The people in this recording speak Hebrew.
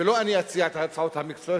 ולא אני אציע את ההצעות המקצועיות,